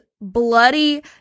bloody